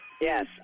Yes